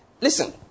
listen